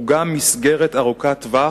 הוא גם מסגרת ארוכת טווח,